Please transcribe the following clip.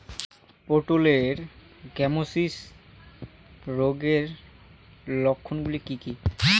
পটলের গ্যামোসিস রোগের লক্ষণগুলি কী কী?